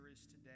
today